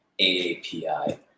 AAPI